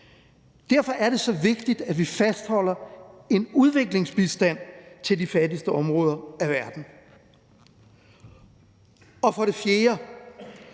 Derfor er det så vigtigt, at vi fastholder en udviklingsbistand til de fattigste områder af verden. For det fjerde